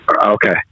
Okay